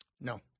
No